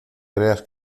creas